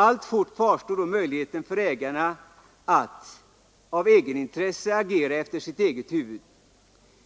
Alltfort kvarstår då möjligheten för ägaren att i eget intresse agera efter sitt huvud.